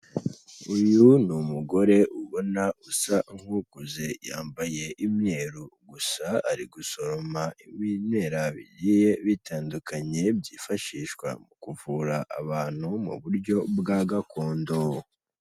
Uyu ni umugore ubona usa nk'ukuze, yambaye imyeru gusa, ari gusoroma ibimera bigiye bitandukanye byifashishwa mu kuvura abantu mu buryo bwa gakondo.